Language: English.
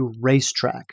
racetrack